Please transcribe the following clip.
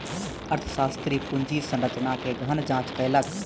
अर्थशास्त्री पूंजी संरचना के गहन जांच कयलक